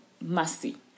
mercy